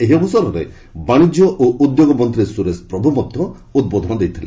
ଏହି ଅବସରରେ ବାଣିଜ୍ୟ ଓ ଉଦ୍ୟୋଗ ମନ୍ତ୍ରୀ ସୁରେଶ ପ୍ରଭୁ ମଧ୍ୟ ଉଦ୍ବୋଧନ ଦେଇଥିଲେ